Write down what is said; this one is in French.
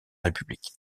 république